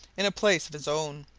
in a place of his own.